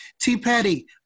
T-Petty